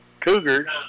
Cougars